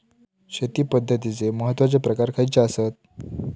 शेती पद्धतीचे महत्वाचे प्रकार खयचे आसत?